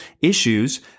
issues